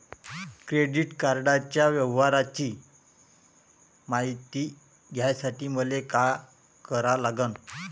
Credit कार्डाच्या व्यवहाराची मायती घ्यासाठी मले का करा लागन?